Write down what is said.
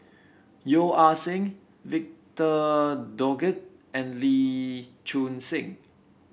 Yeo Ah Seng Victor Doggett and Lee Choon Seng